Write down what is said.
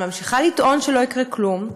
ממשיכה לטעון שלא יקרה כלום,